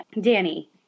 Danny